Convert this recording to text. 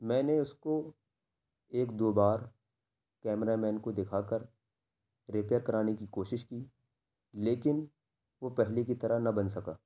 میں نے اس کو ایک دو بار کیمرہ مین کو دکھا کر ریپیئر کرانے کی کوشش کی لیکن وہ پہلے کی طرح نہ بن سکا